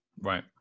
Right